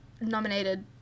nominated